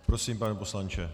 Prosím, pane poslanče.